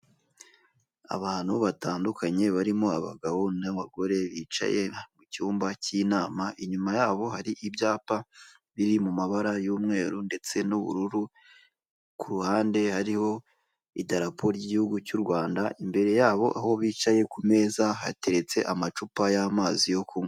Abantu batandukanye barimo abagabo n'abagore bicaye mu cyumba cy'inama inyuma yabo hari ibyapa biri mu mabara y'umweru ndetse n'ubururu, ku ruhande hariho idarapo ry'igihugu cy'u Rwanda imbere yabo aho bicaye ku meza hateretse amacupa y'amazi yo kunywa.